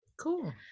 Cool